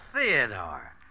Theodore